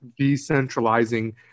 decentralizing